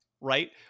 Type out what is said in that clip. right